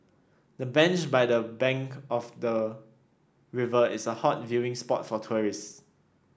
the bench by the bank of the river is a hot viewing spot for tourists